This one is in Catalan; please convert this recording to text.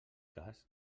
cas